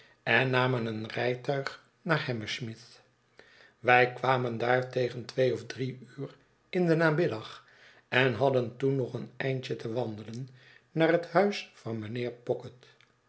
en namen een rijtuig naar hammersmith wij kwamen daar tegen twee of drie uur in den namiddag en hadden toen nog een eindje te wandelen naar het huis van mijnheer pocket